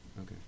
Okay